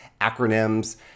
acronyms